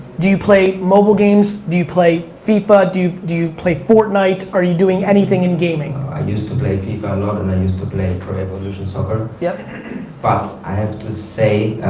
do you play mobile games? do you play fifa? do you play fortnite? are you doing anything in gaming? i used to play fifa a lot, and i used to play pro evolution soccer yeah but i have to say